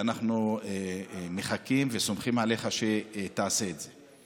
ואנחנו מחכים וסומכים עליך שתעשה את זה.